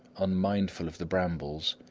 unmindful of the brambles,